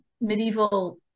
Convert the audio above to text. medieval